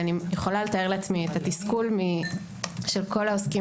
אני יכולה לתאר לעצמי את התסכול של כל העוסקים